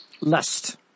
lust